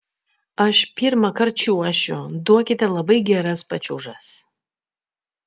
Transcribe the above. aš pirmąkart čiuošiu duokite labai geras pačiūžas